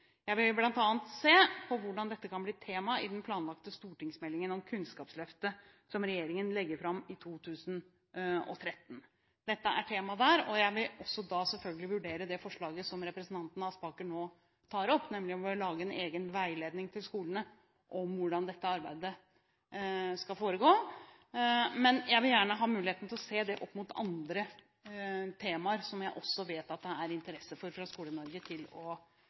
Jeg vil bl.a. se på hvordan dette kan bli et tema i den planlagte stortingsmeldingen om Kunnskapsløftet som regjeringen legger fram i 2013. Dette er tema der. Jeg vil da også selvfølgelig vurdere det forslaget som representanten Aspaker nå tar opp, nemlig å lage en egen veiledning til skolene om hvordan dette arbeidet skal foregå. Men jeg vil gjerne ha muligheten til å se det opp mot andre temaer, som jeg også vet at det er interesse for å styrke fra Skole-Norges side. Jeg vil starte med å